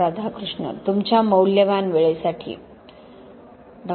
राधाकृष्ण तुमच्या मौल्यवान वेळेसाठी डॉ